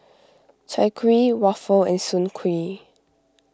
Chai Kuih Waffle and Soon Kuih